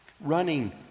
running